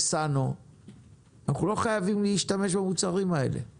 אנחנו פותחים ישיבה על סוגיית יוקר המחיה